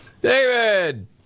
david